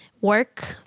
work